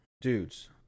dudes